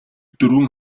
дөрвөн